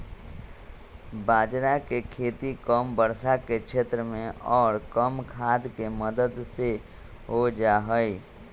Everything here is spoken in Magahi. बाजरा के खेती कम वर्षा के क्षेत्र में और कम खाद के मदद से हो जाहई